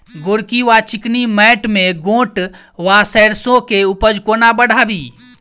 गोरकी वा चिकनी मैंट मे गोट वा सैरसो केँ उपज कोना बढ़ाबी?